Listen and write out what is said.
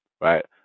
right